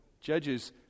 Judges